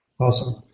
Awesome